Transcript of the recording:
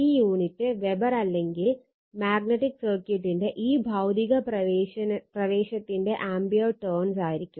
ഈ unit weber അല്ലെങ്കിൽ magnetic സർക്യൂട്ടിന്റെ ഈ ഭൌതിക പ്രവേശനത്തിന്റെത് ആമ്പിയർ ടേണ്സ് ആയിരിക്കും